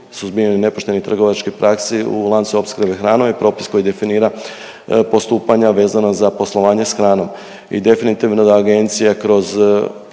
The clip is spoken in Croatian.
suzbijanju nepoštenih trgovačkih praksi u lancu opskrbe hranom je propis koji definira postupanja vezana za poslovanje s hranom i definitivno da agencija kroz